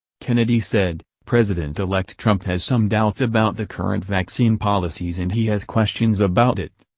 kennedy said, president-elect trump has some doubts about the current vaccine policies and he has questions about it.